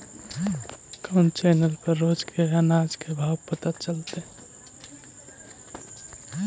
कोन चैनल पर रोज के अनाज के भाव पता चलतै?